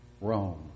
Rome